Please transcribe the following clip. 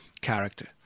character